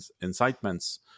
incitements